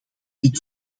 dit